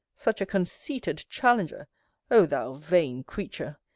such a conceited challenger o thou vain creature!